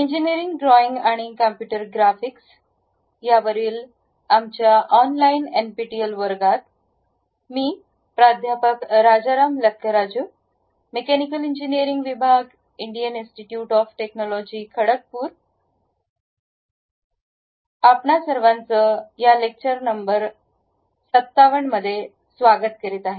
engineering drawing आणि computer ग्राफिक्सवरील आमच्या ऑनलाइन एनपीटीईएल वर्गात आपले सर्वांचे स्वागत आहे